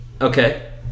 Okay